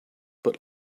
but